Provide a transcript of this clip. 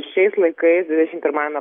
šiais laikais dvidešimt pirmajame